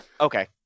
Okay